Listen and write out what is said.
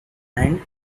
and